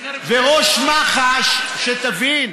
שתבין.